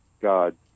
God